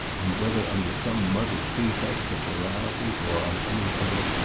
and whether under some muddled pretext of morality or on any other,